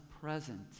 present